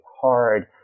hard